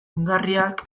ongarriak